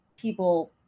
people